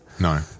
No